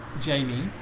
Jamie